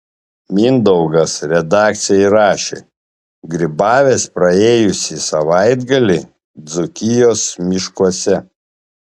mindaugas redakcijai rašė grybavęs praėjusį savaitgalį dzūkijos miškuose